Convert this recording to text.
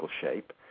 shape